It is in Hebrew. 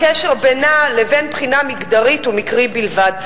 הקשר בינה לבין בחינה מגדרית הוא מקרי בלבד,